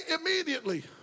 immediately